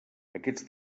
aquests